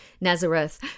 Nazareth